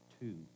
two